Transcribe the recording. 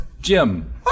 Jim